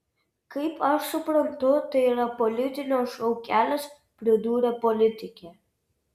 kaip aš suprantu tai yra politinio šou kelias pridūrė politikė